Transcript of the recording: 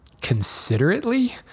considerately